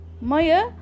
Maya